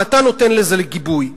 ואתה נותן לזה גיבוי.